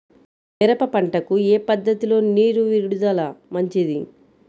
మిరప పంటకు ఏ పద్ధతిలో నీరు విడుదల మంచిది?